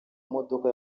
modoka